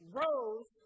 rose